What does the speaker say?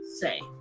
say